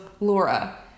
Laura